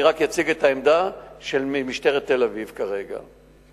אני רק אציג את העמדה של משטרת תל-אביב כרגע.